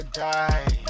die